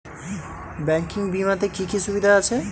Banking বিমাতে কি কি সুবিধা আছে?